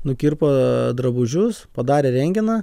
nukirpo drabužius padarė rentgeną